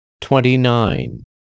Twenty-nine